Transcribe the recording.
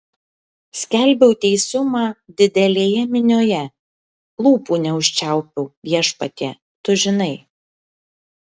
skelbiau teisumą didelėje minioje lūpų neužčiaupiau viešpatie tu žinai